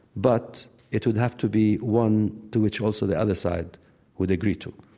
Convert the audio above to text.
but it would have to be one to which also the other side would agree to.